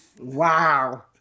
Wow